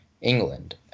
England